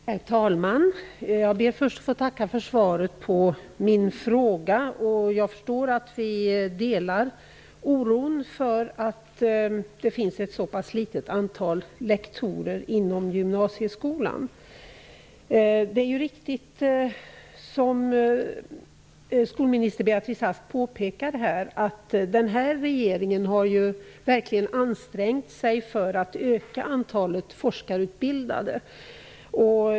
Herr talman! Jag ber först att få tacka för svaret på min fråga. Jag förstår att vi delar oron för att det finns ett så pass litet antal lektorer inom gymnasieskolan. Det är riktigt som skolminister Beatrice Ask påpekar här, att denna regering verkligen har ansträngt sig för att öka antalet forskarutbildade.